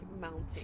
mounting